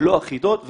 לא אחידות,